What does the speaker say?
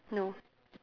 no